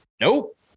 nope